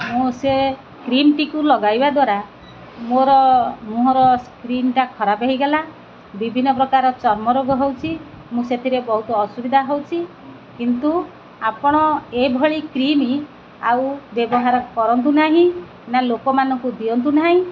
ମୁଁ ସେ କ୍ରିମ୍ଟିକୁ ଲଗାଇବା ଦ୍ୱାରା ମୋର ମୁହଁର ସ୍କିନ୍ଟା ଖରାପ ହେଇଗଲା ବିଭିନ୍ନ ପ୍ରକାର ଚର୍ମ ରୋଗ ହେଉଛି ମୁଁ ସେଥିରେ ବହୁତ ଅସୁବିଧା ହେଉଛି କିନ୍ତୁ ଆପଣ ଏଭଳି କ୍ରିମି ଆଉ ବ୍ୟବହାର କରନ୍ତୁ ନାହିଁ ନା ଲୋକମାନଙ୍କୁ ଦିଅନ୍ତୁ ନାହିଁ